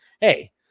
hey